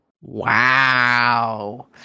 Wow